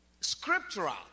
scriptural